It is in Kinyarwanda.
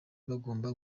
bagomba